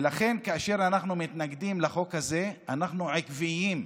ולכן, כאשר אנחנו מתנגדים לחוק הזה אנחנו עקביים,